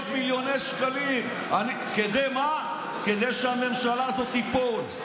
כדי שהממשלה הזאת תיפול.